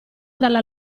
dalla